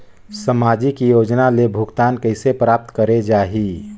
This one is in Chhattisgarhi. समाजिक योजना ले भुगतान कइसे प्राप्त करे जाहि?